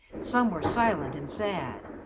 some were silent and sad,